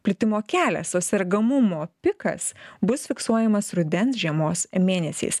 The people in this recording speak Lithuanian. plitimo kelias o sergamumo pikas bus fiksuojamas rudens žiemos mėnesiais